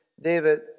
David